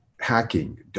hacking